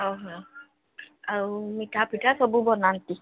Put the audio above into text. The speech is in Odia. ଓହୋ ଆଉ ମିଠା ପିଠା ସବୁ ବନାନ୍ତି